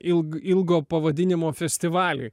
ilgo ilgo pavadinimo festivaliai